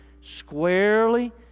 Squarely